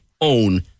own